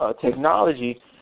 technology